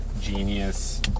genius